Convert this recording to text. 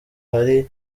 hari